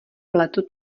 pletu